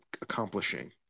accomplishing